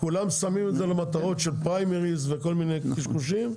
כולם שמים את זה למטרות של פריימריז וכל מיני קשקושים,